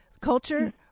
culture